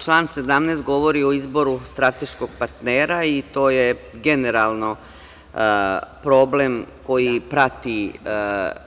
Član 17. govori o izboru strateškog partnera i to je generalno problem koji prati